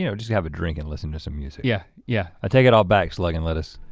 you know just have a drink and listen to some music. yeah yeah i take it all back, slug and lettuce.